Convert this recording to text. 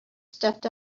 stepped